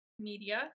media